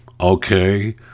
Okay